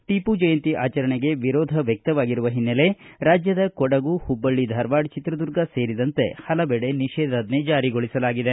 ಟಿಪ್ಪು ಜಯಂತಿ ಆಚರಣೆಗೆ ವಿರೋಧ ವ್ಯಕ್ತವಾಗಿರುವ ಹಿನ್ನೆಲೆ ರಾಜ್ಯದ ಕೊಡಗು ಹುಬ್ಬಳ್ಳಿ ಧಾರವಾಡ ಚಿತ್ರದುರ್ಗ ಸೇರಿದಂತೆ ಪಲವಡೆ ನಿಷೇಧಾಜ್ಞೆ ಜಾರಿಗೊಳಿಸಲಾಗಿದೆ